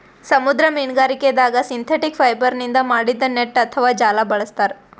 ಸಮುದ್ರ ಮೀನ್ಗಾರಿಕೆದಾಗ್ ಸಿಂಥೆಟಿಕ್ ಫೈಬರ್ನಿಂದ್ ಮಾಡಿದ್ದ್ ನೆಟ್ಟ್ ಅಥವಾ ಜಾಲ ಬಳಸ್ತಾರ್